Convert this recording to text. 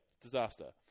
disaster